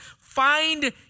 find